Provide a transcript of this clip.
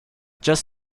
just